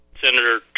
Senator